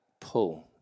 pull